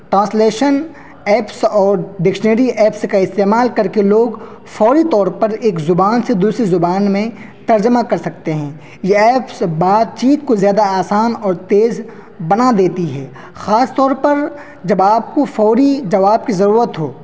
translation apps اور dictionary apps کا استعمال کر کے لوگ فوری طور پر ایک زبان سے دوسری زبان میں ترجمہ کر سکتے ہیں یہ ایپس بات چیت کو زیادہ آسان اور تیز بنا دیتی ہے خاص طور پر جب آپ کو فوری جواب کی ضرورت ہو